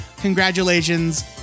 Congratulations